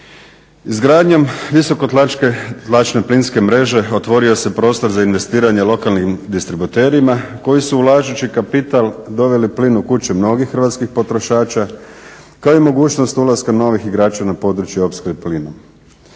Izgradnjom visokotlačne plinske mreže otvorio se prostor za investiranje lokalnim distributerima koji su ulažući kapital doveli plin u kuće mnogi hrvatskih potrošača, kao i mogućnost ulaska novih igrača na područje opskrbe plinom.